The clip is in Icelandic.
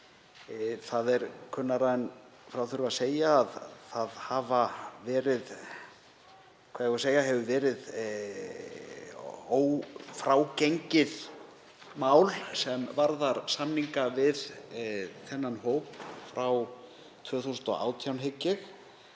Það er kunnara en frá þurfi að segja að það hefur verið ófrágengið mál, sem varðar samninga við þennan hóp, frá 2018,